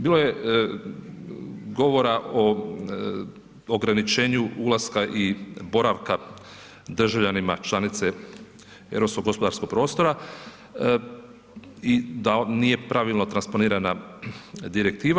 Bilo je govora o ograničenju ulaska i boravka državljanima članice europskog gospodarskog prostora i da nije pravilno transponirana direktiva.